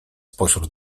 pośród